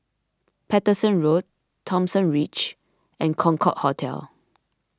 Paterson Road Thomson Ridge and Concorde Hotel